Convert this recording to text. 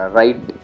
right